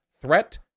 Threat